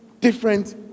different